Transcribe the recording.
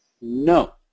No